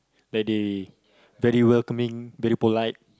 that they very welcoming very polite